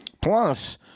Plus